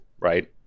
Right